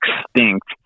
extinct